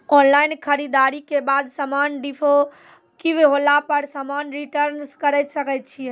Online खरीददारी के बाद समान डिफेक्टिव होला पर समान रिटर्न्स करे सकय छियै?